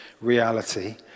reality